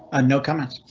ah no comment.